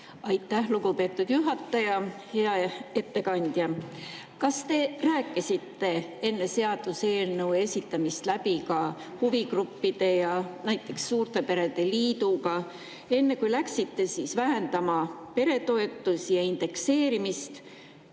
Aitäh, lugupeetud juhataja! Hea ettekandja! Kas te rääkisite enne seaduseelnõu esitamist läbi ka huvigruppide ja näiteks suurte perede liiduga, enne kui läksite vähendama peretoetusi ja indekseerimist,